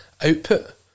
output